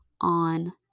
on